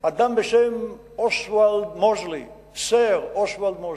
אדם בשם אוסוולד מוסלי, סר אוסוולד מוסלי,